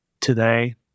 today